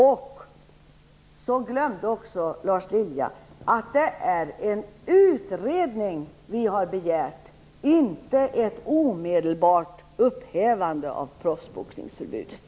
Lars Lilja glömde också att det är en utredning som vi har begärt, inte ett omedelbart upphävande av proffsboxningsförbudet.